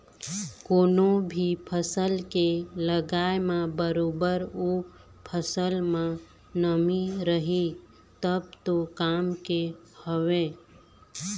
कोनो भी फसल के लगाय म बरोबर ओ फसल म नमी रहय तब तो काम के हवय